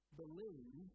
believe